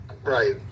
Right